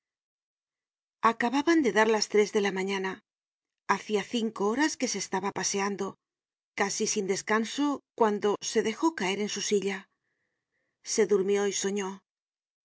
acababan de dar las tres de la mañana hacia cinco horas que se estaba paseando casi sin descanso cuando se dejó caer en su silla se durmió y soñó